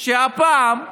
שהפעם,